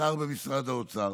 שר במשרד האוצר,